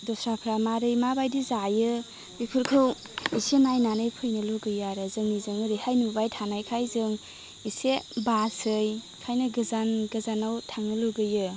दस्राफ्रा मारै माबायदि जायो बेफोरखौ इसे नाइनानै फैनो लुगैयो आरो जोंनि जों ओरैहाइ नुबाय थानायखाय जों इसे बासै ओंखायनो गोजान गोजानाव थांनो लुगैयो